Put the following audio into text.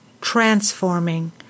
transforming